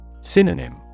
Synonym